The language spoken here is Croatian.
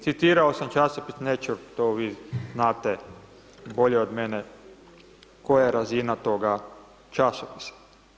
Citirao sam časopis, neću, to vi znate bolje od mene koja je razina toga časopisa.